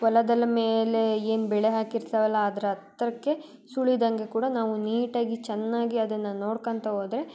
ಹೊಲದಲ್ಲಿ ಮೇಲೆ ಏನು ಬೆಳೆ ಹಾಕಿರ್ತೀವಲ್ಲ ಅದ್ರ ಹತ್ರಕ್ಕೆ ಸುಳೀದಂಗೆ ಕೂಡ ನಾವು ನೀಟಾಗಿ ಚೆನ್ನಾಗಿ ಅದನ್ನು ನೋಡ್ಕೋತಾ ಹೋದ್ರೆ